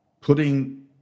putting